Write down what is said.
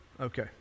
Okay